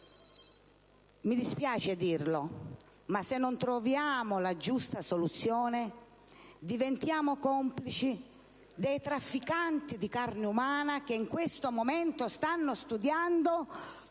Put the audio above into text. mi dispiace dirlo, ma se non troviamo la giusta soluzione, diventiamo complici dei trafficanti di carne umana, che in questo momento stanno studiando